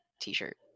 t-shirt